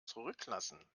zurücklassen